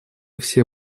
все